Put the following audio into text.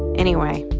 anyway,